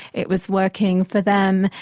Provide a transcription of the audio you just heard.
it was working for them,